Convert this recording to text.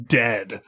dead